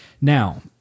Now